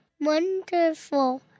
Wonderful